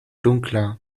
dunkler